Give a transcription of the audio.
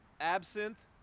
Absinthe